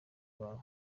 bawe